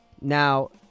Now